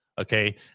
okay